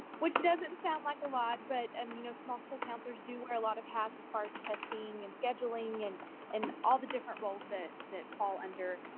which doesn't sound like a lot, but um you know small school counselors do wear a lot of hats as far as testing, and scheduling, and and all the different roles that that fall under